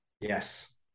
Yes